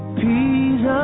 peace